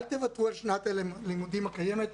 אל תוותרו על שנת הלימודים הקיימת,